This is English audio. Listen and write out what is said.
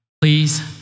Please